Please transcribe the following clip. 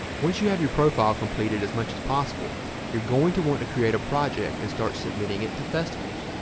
once you have your profile completed as much as possible you're going to want to create a project and start submitting it to festivals